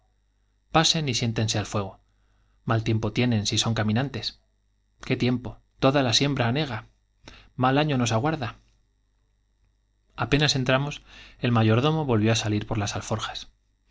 pasen y siéntense al fuego i mal tiempo tienen si son caminantes i ay qué tiempo toda la siembra anega i mal año nos aguarda apenas entramos el mayordomo volvió á salir por ardía un las alforjas